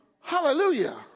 Hallelujah